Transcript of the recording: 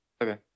okay